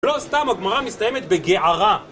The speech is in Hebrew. לא סתם, הגמרא מסתיימת בגערה.